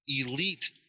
elite